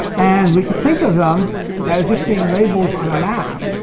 and we could think of them as just being labels on a map.